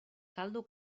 caldo